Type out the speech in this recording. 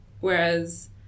Whereas